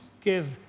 give